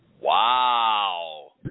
Wow